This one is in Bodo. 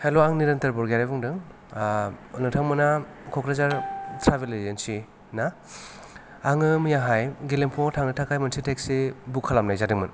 हेल' आं निरोन्थोर बरग'यारि बुंदों नोंथांमोनहा क'क्राझार ट्राभेलि एजेनसि ना आङो मैयाहाय गेलेमफुयाव थांनो थाखाय मोनसे टेक्सि बुक खालामनाय जादोंमोन